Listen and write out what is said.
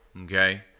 okay